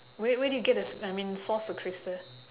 where where do you get this I mean source the crystal